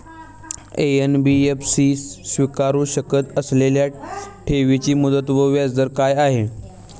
NBFC स्वीकारु शकत असलेल्या ठेवीची मुदत व व्याजदर काय आहे?